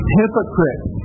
hypocrites